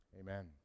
Amen